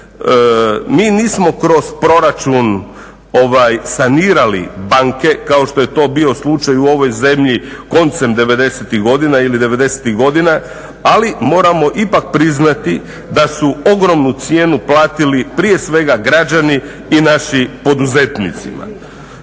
Mi nismo kroz proračun sanirali banke kao što je to bio slučaj u ovoj zemlji koncem '90.-ih godina ili '90.-tih godina ali moramo ipak priznati da su ogromnu cijenu platili prije svega građani i naši poduzetnici.